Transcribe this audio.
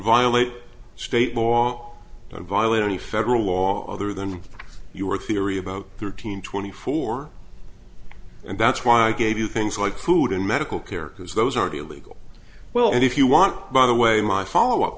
violate state long don't violate any federal law other than your theory about thirteen twenty four and that's why i gave you things like food and medical care because those are the legal well and if you want by the way my follow up